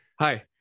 Hi